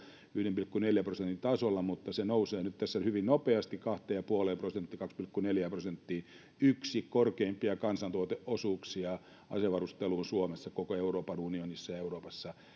yhden pilkku neljän prosentin tasolla mutta se nousee nyt tässä hyvin nopeasti kahteen ja puoleen prosenttiin kahteen pilkku neljään prosenttiin yksi korkeimpia kansantuoteosuuksia asevarusteluun suomessa koko euroopan unionissa ja euroopassa